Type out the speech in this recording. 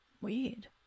Weird